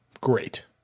great